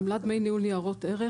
עמלת דמי ניהול ניירות ערך,